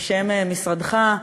בשם משרדך.